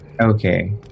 Okay